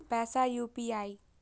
पैसा यू.पी.आई?